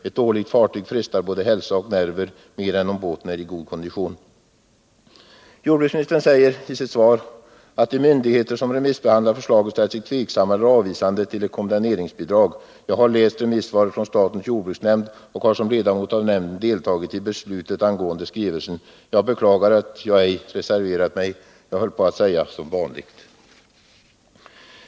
Ett dåligt fartyg frestar både hälsa och nerver mer än om båten är i god kondition. Jordbruksministern säger i sitt svar att de myndigheter som remissbehandlat förslaget ställt sig tveksamma eller avvisande till ett kondemneringsbidrag. Jag har läst remissvaret från statens jordbruksnämnd och har som ledamot av nämnden deltagit i beslutet angående skrivelsen. Jag beklagar att jag ej reserverat mig — jag frestas att säga som vanligt.